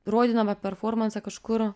rodydama performansą kažkur